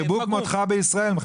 ירבו כמותך בישראל.